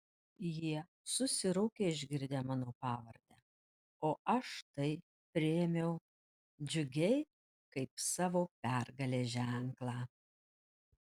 jie susiraukė išgirdę mano pavardę o aš tai priėmiau džiugiai kaip savo pergalės ženklą